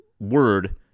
word